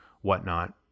whatnot